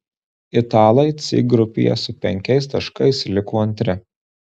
italai c grupėje su penkiais taškais liko antri